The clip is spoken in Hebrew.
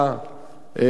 בנושא הזה,